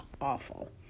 awful